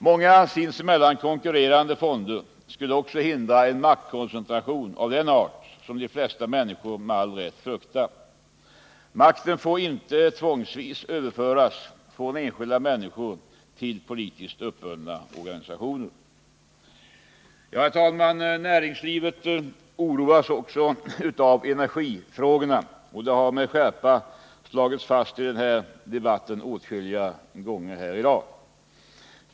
Många sinsemellan konkurrerande fonder skulle också hindra en maktkoncentration av den art som de flesta människor med all rätt fruktar. Makten får inte tvångsvis överföras från enskilda människor till politiskt uppbundna organisationer. Herr talman! Näringslivet oroas också av energifrågorna. och det har med skärpa slagits fast i debatten åtskilliga gånger här i dag.